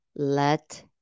Let